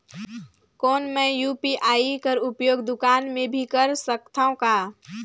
कौन मै यू.पी.आई कर उपयोग दुकान मे भी कर सकथव का?